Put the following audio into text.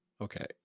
Okay